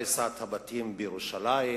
בעניין הריסת הבתים בירושלים,